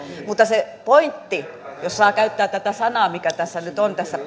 mutta se pointti jos saan käyttää tätä sanaa tässä